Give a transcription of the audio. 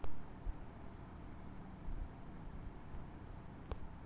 Passbook কিভাবে update করা হয়?